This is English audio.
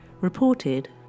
reported